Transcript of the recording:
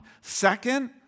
Second